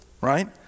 right